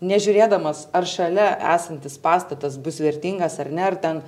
nežiūrėdamas ar šalia esantis pastatas bus vertingas ar ne ar ten